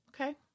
Okay